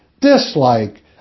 dislike